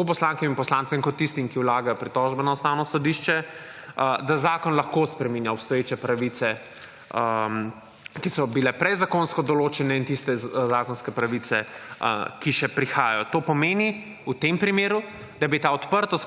tako poslankam in poslancem kot tistim, ki vlagajo pritožbe na Ustavno sodišče, da zakon lahko spreminja obstoječe pravice, ki so bile prej zakonsko določene in tiste zakonske pravice, ki še prihajajo. To pomeni v tem primeru, da bi ta odprtost